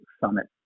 summit